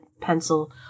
pencil